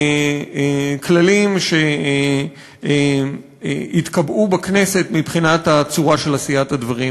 הכללים שהתקבעו בכנסת מבחינת הצורה של עשיית הדברים.